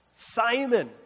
Simon